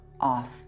off